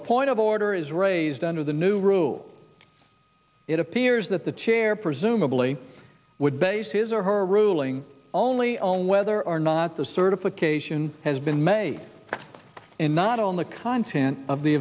a point of order is raised under the new rules it appears that the chair presumably would base his or her ruling only on whether or not the certification has been made and not on the content of the